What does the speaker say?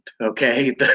okay